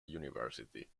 university